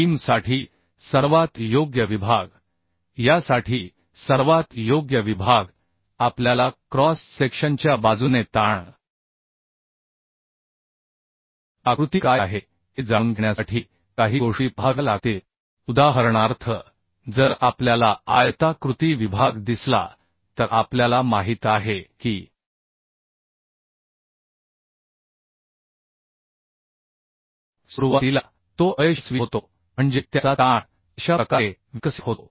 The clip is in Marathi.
बीमसाठी सर्वात योग्य विभाग यासाठी सर्वात योग्य विभाग आपल्याला क्रॉस सेक्शनच्या बाजूने ताण आकृती काय आहे हे जाणून घेण्यासाठी काही गोष्टी पाहाव्या लागतील उदाहरणार्थ जर आपल्याला आयताकृती विभाग दिसला तर आपल्याला माहित आहे की सुरुवातीला तो अयशस्वी होतो म्हणजे त्याचा ताण अशा प्रकारे विकसित होतो